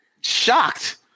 shocked